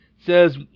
says